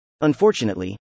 Unfortunately